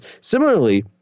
Similarly